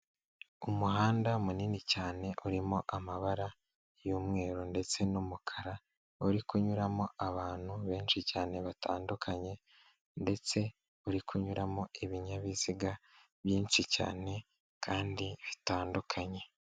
Umuhanda munini cyane urimo amabara y'umweru ndetse n'umukara, uri kunyuramo abantu benshi cyane batandukanye ndetse uri kunyuramo ibinyabiziga byinshi cyane kandi bitandukanye.